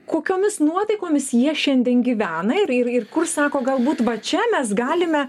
kokiomis nuotaikomis jie šiandien gyvena ir ir ir kur sako galbūt va čia mes galime